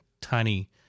tiny